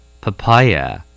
Papaya